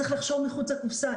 צריך לחשוב מחוץ לקופסה.